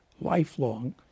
lifelong